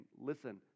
listen